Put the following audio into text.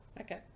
okay